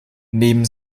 neben